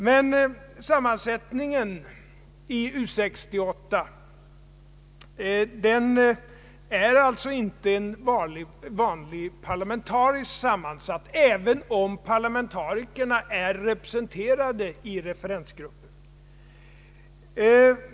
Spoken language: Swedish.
U 68:s sammansättning är inte att betrakta som parlamentarisk, även om parlamentarikerna är representerade i referensgruppen.